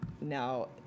Now